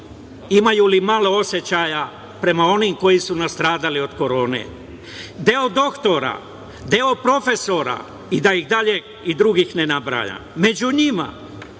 Imaju li malo osećaja prema onim koji su nastradali od korone? Deo doktora, deo profesora i da ih dalje ne nabrajam. Među njima,